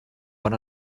what